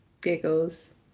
giggles